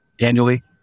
annually